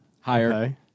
Higher